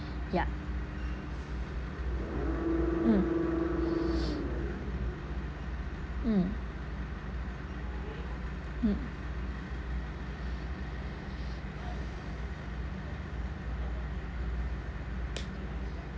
yup mm mm mm